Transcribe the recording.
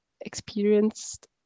experienced